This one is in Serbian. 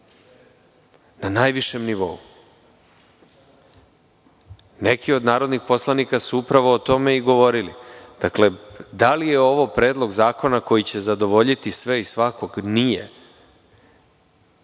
na najvišem nivou. Neki od narodnih poslanika su upravo o tome i govorili. Dakle, da li je ovo predlog zakona koji će zadovoljiti sve i svakog? Nije.